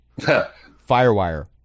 Firewire